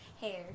Hair